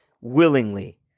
willingly